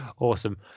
awesome